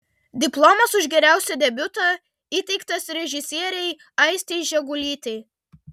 diplomas už geriausią debiutą įteiktas režisierei aistei žegulytei